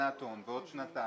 הלבנת הון ועוד שנתיים,